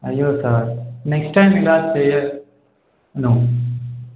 అయ్యో sir next time ఇలా చెయ్యను